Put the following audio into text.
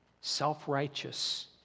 self-righteous